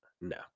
No